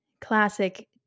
classic